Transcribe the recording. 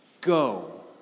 Go